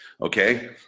Okay